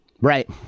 Right